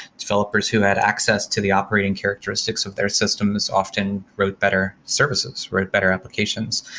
developers who had access to the operating characteristics of their systems often wrote better services, wrote better applications.